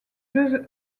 jeux